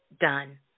done